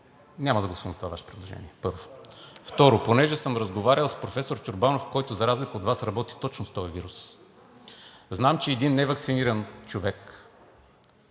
Няма да гласувам за това Ваше предложение, първо. Второ, понеже съм разговарял с професор Чорбанов, който, за разлика от Вас, работи точно с този вирус, знам, че един неваксиниран човек,